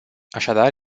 așadar